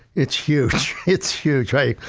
it's huge. it's huge. i,